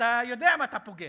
אתה יודע מה אתה פוגש.